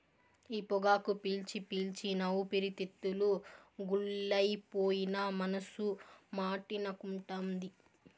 ఈ పొగాకు పీల్చి పీల్చి నా ఊపిరితిత్తులు గుల్లైపోయినా మనసు మాటినకుంటాంది